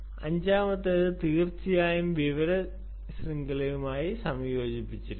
അഞ്ചാമത്തേത് തീർച്ചയായും വിവര ശൃംഖലയുമായി സംയോജിപ്പിച്ചിരിക്കുന്നു